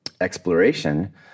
exploration